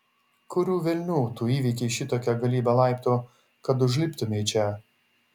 kurių velnių tu įveikei šitokią galybę laiptų kad užliptumei čia